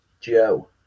Joe